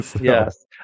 Yes